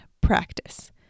practice